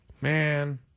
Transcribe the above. Man